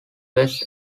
west